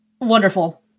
wonderful